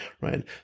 Right